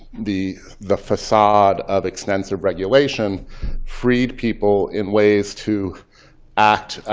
the the facade of extensive regulation freed people in ways to act